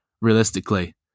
realistically